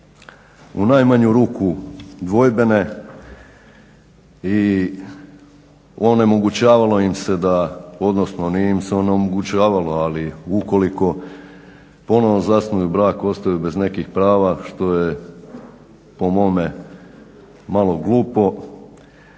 u najmanju ruku dvojbene i onemogućavalo im se da, odnosno nije im se ono omogućavalo, ali ukoliko ponovno zasnuju brak ostaju bez nekih prava što je po mome malo glupo.